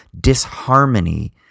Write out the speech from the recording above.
disharmony